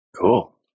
Cool